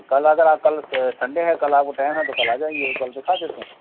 कल अगर आप कल संडे है कल आपको टाइम है तो आ जाइए कल दिखा देते हैं